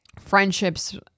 friendships